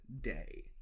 day